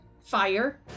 Fire